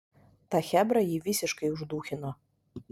ta chebra jį visiškai uždūchino